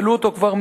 העלו אותו כבר,